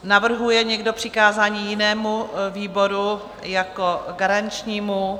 Navrhuje někdo přikázání jinému výboru jako garančnímu?